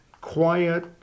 quiet